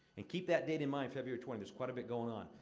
and keep that date in mind february twenty there's quite a bit going on.